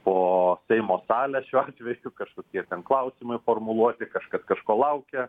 po seimo salę šiuo atveju kažkokie klausimai formuluoti kažkas kažko laukia